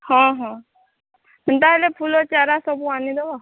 ହଁ ହଁ ହେନ୍ତା ହେଲେ ଫୁଲ ଚାରା ସବୁ ଆଣିବ